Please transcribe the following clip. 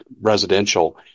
residential